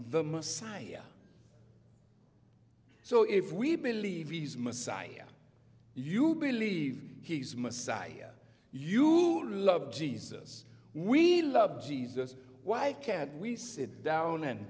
the messiah so if we believe he's messiah you believe he's messiah you who love jesus we love jesus why can't we sit down and